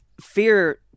fear